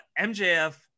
MJF